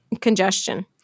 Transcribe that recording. Congestion